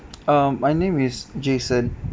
uh my name is jason